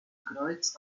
kreuz